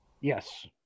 Yes